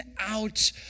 out